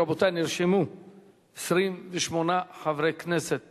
נרשמו 28 חברי כנסת